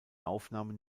aufnahmen